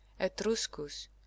etruscus